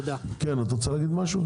את רוצה להגיד משהו?